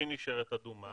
-- בהנחה שהיא נשארת אדומה